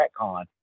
retcon